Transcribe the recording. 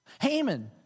Haman